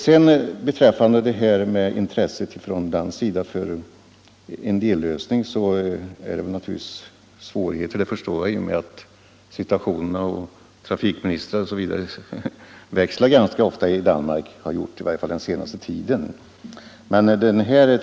Jjärnvägsförbindelse Vad gäller intresset på dansk sida för en dellösning är det naturligtvis — mellan Helsingborg en försvårande omständighet att de politiska situationerna och därmed = och Helsingör, bl.a. innehavarna av trafikministerposten avlöst varandra ganska snabbt = m.m. i Danmark, åtminstone under den senaste tiden.